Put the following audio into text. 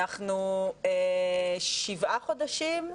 אנחנו שבעה חודשים,